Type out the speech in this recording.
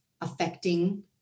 affecting